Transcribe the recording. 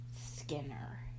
Skinner